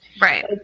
Right